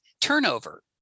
turnover